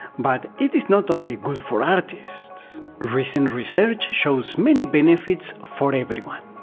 but it is not only good for artists, recent research shows many benefits for everyone,